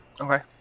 Okay